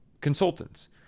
consultants